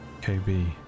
KB